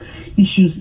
issues